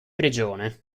prigione